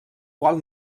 qual